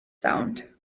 sound